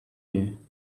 you